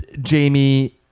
jamie